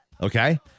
okay